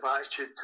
attitude